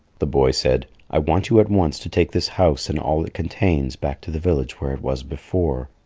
the boy said, i want you at once to take this house and all it contains back to the village where it was before.